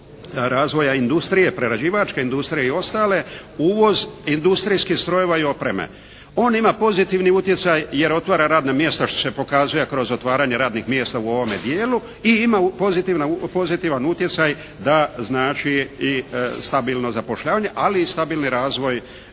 razvoja industrije, prerađivačke industrije i ostale, uvoz industrijskih strojeva i opreme. On ima pozitivni utjecaj jer otvara radna mjesta što se pokazuje kroz otvaranje radnih mjesta u ovome dijelu i ima pozitivan utjecaj da znači i stabilno zapošljavanje ali i stabilni razvoj